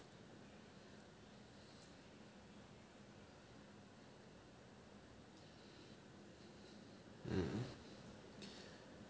mm